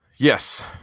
yes